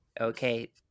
okay